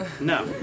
No